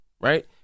right